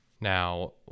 now